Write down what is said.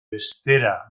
bestera